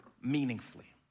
meaningfully